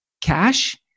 cash